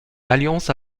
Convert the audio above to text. alliance